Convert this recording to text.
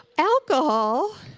alcohol.